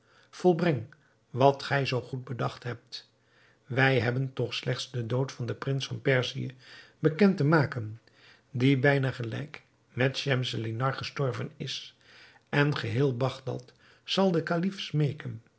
volbreng wat gij zoo goed bedacht hebt wij hebben toch slechts den dood van den prins van perzië bekend te maken die bijna gelijk met schemselnihar gestorven is en geheel bagdad zal den kalif smeeken